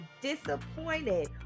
disappointed